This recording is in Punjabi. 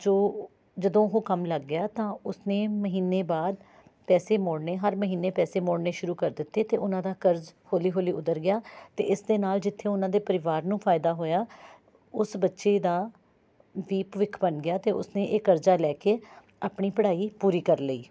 ਜੋ ਜਦੋਂ ਉਹ ਕੰਮ ਲੱਗ ਗਿਆ ਤਾਂ ਉਸ ਨੇ ਮਹੀਨੇ ਬਾਅਦ ਪੈਸੇ ਮੋੜਨੇ ਹਰ ਮਹੀਨੇ ਪੈਸੇ ਮੋੜਨੇ ਸ਼ੁਰੂ ਕਰ ਦਿੱਤੇ ਅਤੇ ਉਹਨਾਂ ਦਾ ਕਰਜ਼ਾ ਹੌਲੀ ਹੌਲੀ ਉੱਤਰ ਗਿਆ ਅਤੇ ਇਸ ਦੇ ਨਾਲ ਜਿੱਥੇ ਉਹਨਾਂ ਦੇ ਪਰਿਵਾਰ ਨੂੰ ਫਾਇਦਾ ਹੋਇਆ ਉਸ ਬੱਚੇ ਦਾ ਵੀ ਭਵਿੱਖ ਬਣ ਗਿਆ ਅਤੇ ਉਸ ਨੇ ਇਹ ਕਰਜ਼ਾ ਲੈ ਕੇ ਆਪਣੀ ਪੜ੍ਹਾਈ ਪੂਰੀ ਕਰ ਲਈ